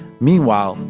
meanwhile,